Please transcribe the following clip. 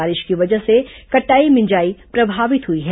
बारिश की वजह से कटाई मिंजाई प्रभावित हुई है